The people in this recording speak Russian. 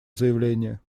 заявление